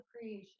creation